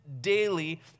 daily